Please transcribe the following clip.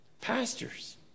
Pastors